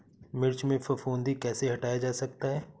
मिर्च में फफूंदी कैसे हटाया जा सकता है?